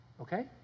Okay